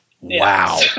Wow